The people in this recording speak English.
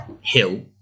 hill